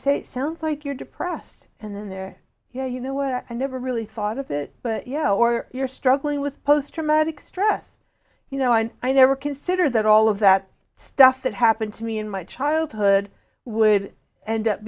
say it sounds like you're depressed and then they're you know what i never really thought of it but you know or you're struggling with post traumatic stress you know and i never consider that all of that stuff that happened to me in my childhood would end up